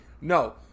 no